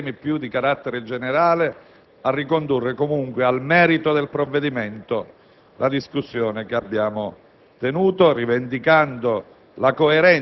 senza sottrarci al confronto sui temi di carattere più generale, di ricondurre comunque al merito del provvedimento la discussione che abbiamo tenuto,